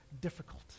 difficult